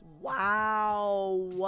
Wow